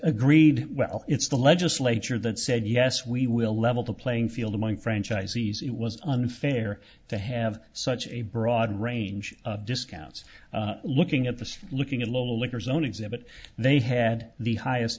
agreed well it's the legislature that said yes we will level the playing field among franchisees it was unfair to have such a broad range of discounts looking at this from looking at lowell weicker zone exhibit they had the highest